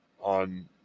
on